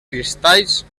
cristalls